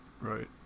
right